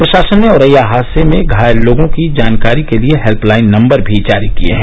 प्रशासन ने औरैया हादसे में घायल लोगों की जानकारी के लिए हेल्यलाइन नंबर भी जारी किये हैं